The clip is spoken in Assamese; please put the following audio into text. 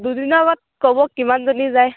দুদিনৰ আগত ক'ব কিমানজনী যায়